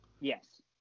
Yes